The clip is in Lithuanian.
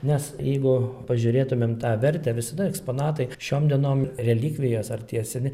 nes jeigu pažiūrėtumėm tą vertę visada eksponatai šiom dienom relikvijos ar tie seni